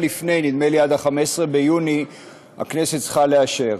נדמה לי שעד ה-15 ביוני הכנסת צריכה לאשר.